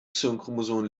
chromosom